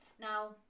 Now